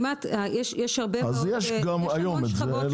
גם היום יש את זה.